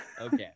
Okay